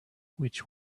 which